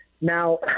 Now